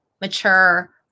mature